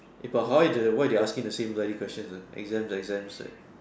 if I hire them why they asking the same bloody questions uh exams exams exams